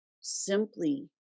simply